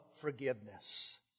forgiveness